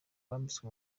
wambitswe